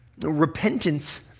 Repentance